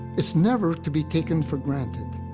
it's never to be taken for granted.